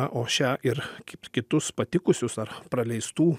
na o šią ir kitus patikusius ar praleistų